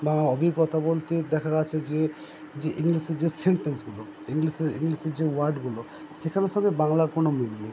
বা অভিজ্ঞতা বলতে দেখা গেছে যে যে ইংলিশে যে সেনটেন্সগুলো ইংলিশে ইংলিশে যে ওয়ার্ডগুলো সেখানের সঙ্গে বাংলার কোনো মিল নেই